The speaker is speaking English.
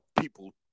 people